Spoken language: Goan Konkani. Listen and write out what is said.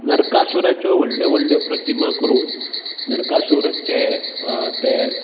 नर्कासुराच्यो व्हडल्यो व्हडल्यो प्रतिमा करून नर्कासूर चे ते